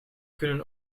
kunnen